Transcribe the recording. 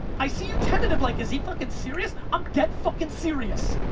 i see you tentative, like is he fucking serious? i'm dead fucking serious.